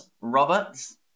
Roberts